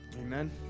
Amen